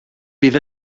bydd